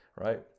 right